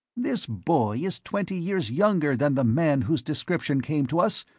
this boy is twenty years younger than the man whose description came to us.